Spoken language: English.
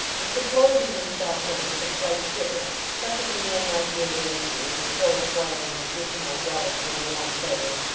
and, composing himself in it with a slight shiver, such as a man might give way to and so acquire an additional relish for the warm blaze,